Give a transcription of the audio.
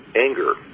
anger